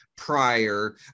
prior